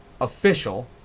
official